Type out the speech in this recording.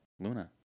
Luna